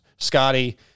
Scotty